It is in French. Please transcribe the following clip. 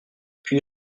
puis